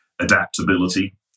adaptability